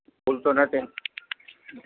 બોલતો નથી ન હ